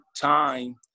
time